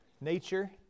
nature